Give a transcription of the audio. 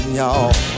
y'all